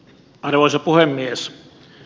arvoisa puhemies